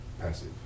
passive